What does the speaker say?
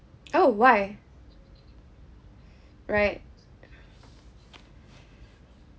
oh why right